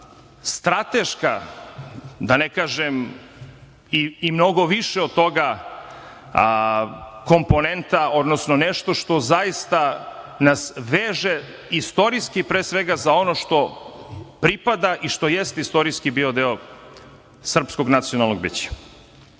strateška, da ne kažem i mnogo više od toga komponenta, odnosno nešto što zaista nas veže istorijski pre svega za ono što pripada i što jeste istorijski bio deo srpskog nacionalnog bića. Zato,